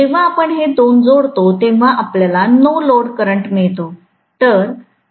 जेव्हा आपण हे दोन जोडतो तेव्हा आपल्याला नो लोडकरंट मिळतो